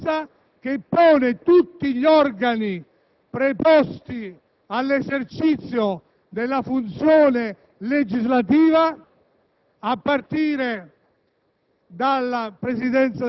ma è una conseguenza che impone a tutti gli organi preposti all'esercizio della funzione legislativa (a partire